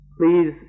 please